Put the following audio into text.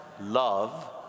Love